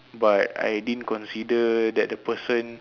but I didn't consider that the person